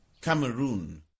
Cameroon